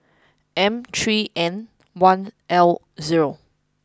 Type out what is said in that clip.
M three N one L zero